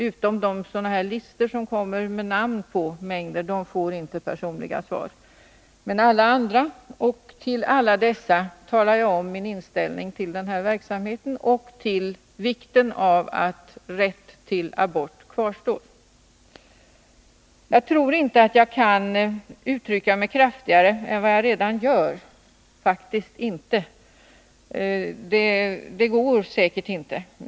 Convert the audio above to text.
Däremot kan jag inte sända personliga svar till dem som står upptagna på de namnlistor som jag får. I breven redogör jag för min inställning till verksamheten, och jag betonar vikten av att rätten till abort Nr 49 kvarstår. Jag tror inte att det är möjligt att uttrycka sig kraftfullare än vad jag Måndagen den redan gjort.